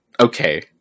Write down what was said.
Okay